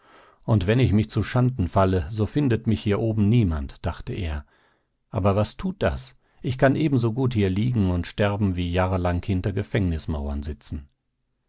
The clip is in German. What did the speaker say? und wenn ich mich zuschanden falle so findet mich hier oben niemand dachte er aber was tut das ich kann ebensogut hier liegen und sterben wie jahrelang hinter gefängnismauern sitzen